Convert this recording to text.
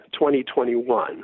2021